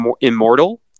immortal